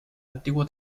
antiguo